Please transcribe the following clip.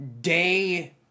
day